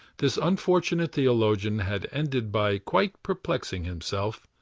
this unfortunate theologian had ended by quite perplexing himself,